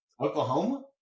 Oklahoma